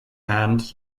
hand